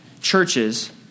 churches